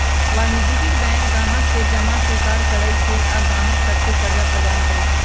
वाणिज्यिक बैंक गाहक से जमा स्वीकार करइ छइ आऽ गाहक सभके करजा प्रदान करइ छै